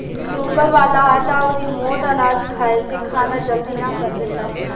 चोकर वाला आटा अउरी मोट अनाज खाए से खाना जल्दी ना पचेला